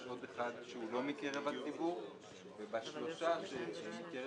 יש עוד אחד שהוא לא מקרב הציבור והשלושה שהם מקרב